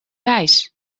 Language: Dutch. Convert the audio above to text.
wijs